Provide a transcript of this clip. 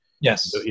Yes